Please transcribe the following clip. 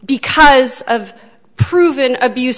because of proven abuse